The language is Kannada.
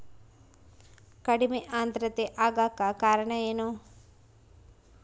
ಕಡಿಮೆ ಆಂದ್ರತೆ ಆಗಕ ಕಾರಣ ಏನು?